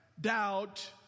Doubt